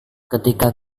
ketika